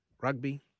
rugby